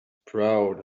proud